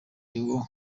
leo